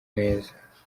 neza